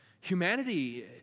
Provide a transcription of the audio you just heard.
Humanity